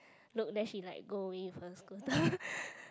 look then she like go away first